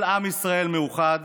כל עם ישראל מאוחד,